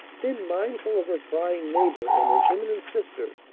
then, mindful of her prying neighbor and her imminent sister,